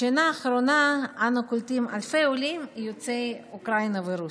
בשנה האחרונה אנו קולטים אלפי עולים יוצאי אוקראינה ורוסיה,